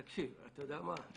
אתה יודע מה?